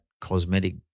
cosmetic